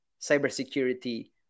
cybersecurity